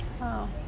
Wow